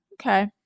okay